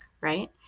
right